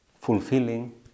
fulfilling